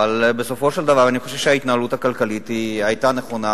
אבל בסופו של דבר אני חושב שההתנהלות הכלכלית היתה נכונה,